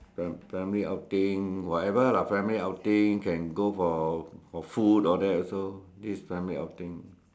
fam family outing whatever lah family outing can go for for food all that also this is family outing